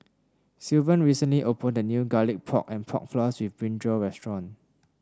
Sylvan recently opened a new Garlic Pork and Pork Floss with brinjal restaurant